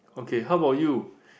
okay how about you